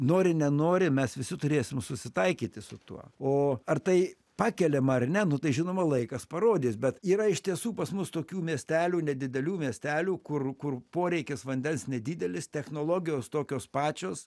nori nenori mes visi turėsim susitaikyti su tuo o ar tai pakeliama ar ne nu tai žinoma laikas parodys bet yra iš tiesų pas mus tokių miestelių nedidelių miestelių kur kur poreikis vandens nedidelis technologijos tokios pačios